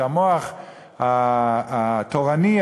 שהמוח התורני,